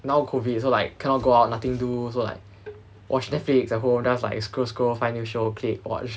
now COVID so like cannot go out nothing do so like watch Netflix at home then I was like scroll scroll find new shows click watch